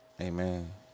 Amen